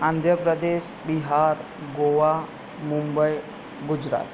Andhra Pradesh Bihar Goa Mumbai Gujarat